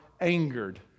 angered